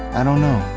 i don't know.